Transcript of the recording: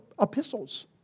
epistles